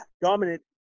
dominant